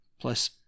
Plus